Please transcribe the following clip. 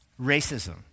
racism